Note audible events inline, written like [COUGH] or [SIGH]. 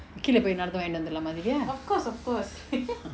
கீழ போய் என்னதாலு வாங்கிட்டு வந்துரலாமா:keela poy ennathalu vangitu vanthuralama divya [NOISE]